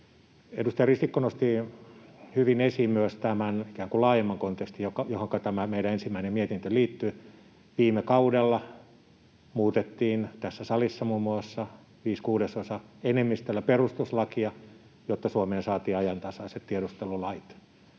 Edustaja Risikko nosti hyvin esiin myös tämän ikään kuin laajemman kontekstin, johonka tämä meidän ensimmäinen mietintö liittyy. Viime kaudella muutettiin tässä salissa muun muassa viiden kuudesosan enemmistöllä perustuslakia, jotta Suomeen saatiin ajantasaiset tiedustelulait.